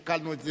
שקלנו את זה,